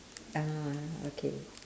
orh okay